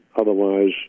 Otherwise